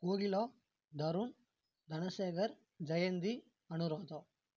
Kokila Tarun Dhanasekar Jayanthi Anuradha